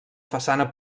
façana